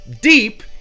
deep